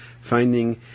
finding